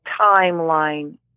timeline